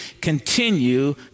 continue